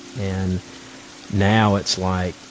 and now it's, like,